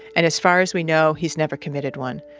and as far as we know, he's never committed one.